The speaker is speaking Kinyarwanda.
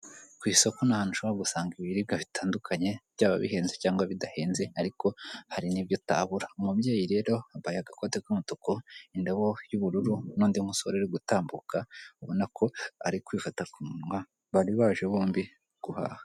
Ku isoko ni ahantu ushobora gusanga ibiribwa bitandukanye, byaba bihenze cyangwa bidahenze ariko hari n'ibyo atabura. Umubyeyi rero yambaye agakote k'umutuku indabo y'ubururu n'undi musore uri gutambuka ubona ko ari kwifata ku munwa, bari baje bombi guhaha.